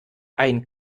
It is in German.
ein